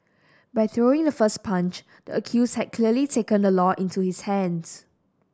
by throwing the first punch the accused had clearly taken the law into his hands